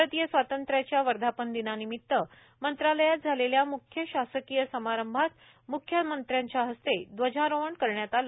भारतीय स्वातंत्र्याच्या वर्धापनदिनानिमित्त मंत्रालयात झालेल्या म्ख्य शासकीय समारंभात म्ख्यमंत्र्यांच्या हस्ते ध्वजारोहण करण्यात आले